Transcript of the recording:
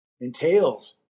entails